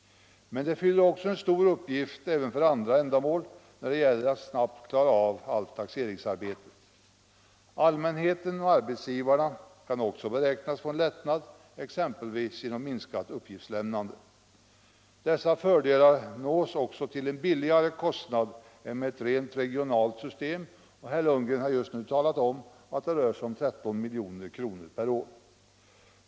Men det fyller också en stor uppgift även för andra ändamål när det gäller att snabbt klara av allt taxeringsarbete. Allmänheten och arbetsgivarna kan också beräknas få en lättnad genom minskat uppgiftslämnande. Dessa fördelar nås också till en lägre kostnad än med ett rent regionalt system, och herr Lundgren i Kristianstad har nyss talat om att det rör sig om 13 milj.kr. per år.